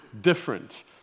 different